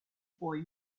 boy